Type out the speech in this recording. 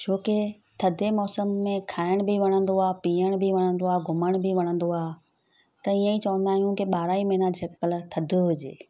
छोकि थदे मौसम में खाइण बि वणंदो आहे पीअण बि वणंदो आहे घुमण बि वणंदो आहे त ईअं ई चवंदा आहियूं की ॿारहं ई महीना सिपल थदि हुजे